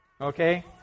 Okay